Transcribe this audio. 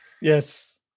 Yes